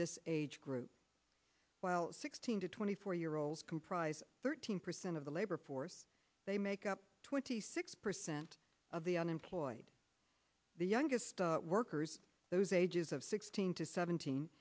this age group while sixteen to twenty four year olds comprise thirteen percent of the labor force they make up twenty six percent of the unemployed the youngest workers those ages of sixteen to seventeen